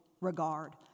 regard